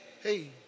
hey